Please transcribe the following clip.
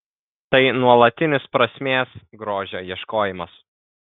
tai nuolatinis prasmės grožio ieškojimas